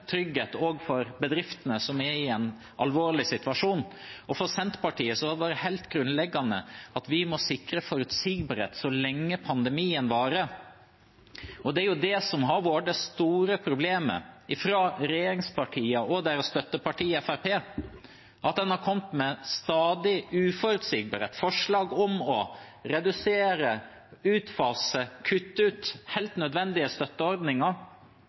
trygghet også for bedriftene, som er i en alvorlig situasjon. For Senterpartiet har det vært helt grunnleggende at vi må sikre forutsigbarhet så lenge pandemien varer. Det er det som har vært det store problemet, at regjeringspartiene og deres støtteparti Fremskrittspartiet har kommet med stadig uforutsigbarhet, forslag om å redusere, utfase, kutte ut helt nødvendige støtteordninger.